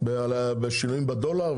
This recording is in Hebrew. בשינויים בדולר,